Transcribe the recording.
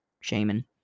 Shaman